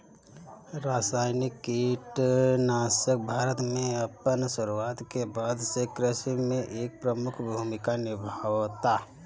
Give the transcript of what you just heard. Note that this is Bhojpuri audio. रासायनिक कीटनाशक भारत में अपन शुरुआत के बाद से कृषि में एक प्रमुख भूमिका निभावता